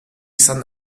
izan